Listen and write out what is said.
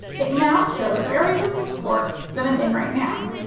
it now shows areas of this course that i'm in right now.